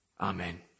Amen